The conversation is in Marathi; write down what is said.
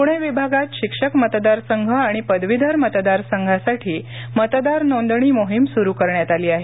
पुणे विभागात शिक्षक मतदारसंघ आणि पदवीधर मतदार संघासाठी मतदार नोंदणी मोहिम सुरू करण्यात आली आहे